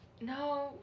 No